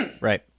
Right